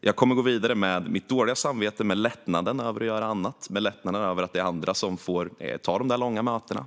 Jag kommer att gå vidare med mitt dåliga samvete men med en lättnad inför att göra annat, en lättnad att det är andra som får ta de där långa mötena.